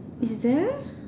is there